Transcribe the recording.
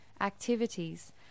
activities